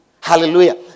Hallelujah